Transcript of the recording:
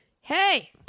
hey